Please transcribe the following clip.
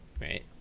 right